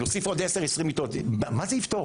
אם נוסיף עוד 10-20 מיטות, מה זה יפתור?